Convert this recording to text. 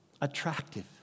attractive